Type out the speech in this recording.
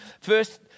First